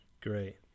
Great